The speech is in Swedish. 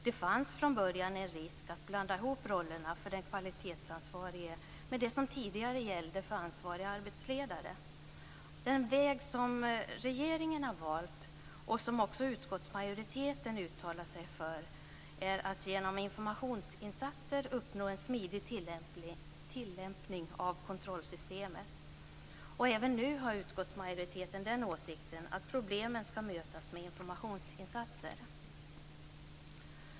Det fanns från början en risk att blanda ihop rollerna för den kvalitetsansvarige med det som tidigare gällde för ansvarig arbetsledare. Den väg som regeringen valt och som också utskottsmajoriteten uttalat sig för är att genom informationsinsatser uppnå en smidig tillämpning av kontrollsystemet. Även nu har utskottsmajoriteten den åsikten att problemen ska mötas med informationsinsatser.